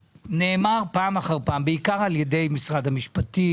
נאמר פעם אחר פעם, בעיקר על ידי משרד המשפטים,